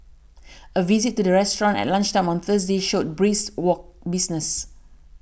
a visit to the restaurant at lunchtime on Thursday showed brisk business